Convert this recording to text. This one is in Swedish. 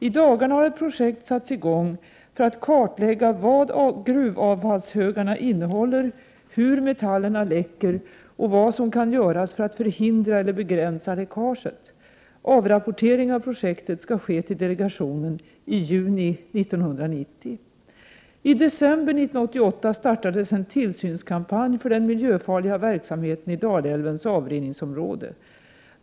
I dagarna har ett projekt satts i gång för att kartlägga vad gruvavfallshögarna innehåller, hur metallerna läcker och vad som kan göras för att förhindra eller begränsa läckaget. Avrapportering av projektet skall ske till delegationen i juni 1990. I december 1988 startades en tillsynskampanj för den miljöfarliga verksamheten i Dalälvens avrinningsområde.